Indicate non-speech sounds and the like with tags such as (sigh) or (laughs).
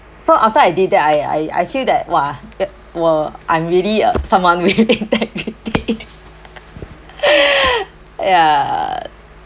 so after I did that I I I feel that !wah! e~ !wah! I'm really uh someone with integrity (laughs) ya